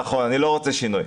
נכון, אני לא רוצה בזה שינוי.